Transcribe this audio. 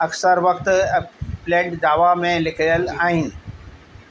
अक्सर वक़्ति applet Java में लिखियल आहिनि